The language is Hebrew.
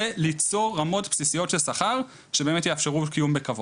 וליצור רמות בסיסיות של שכר שבאמת יאפשרו קיום בכבוד.